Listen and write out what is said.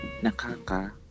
nakaka